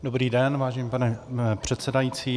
Dobrý den, vážený pane předsedající.